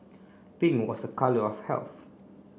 pink was a colour of health